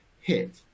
hit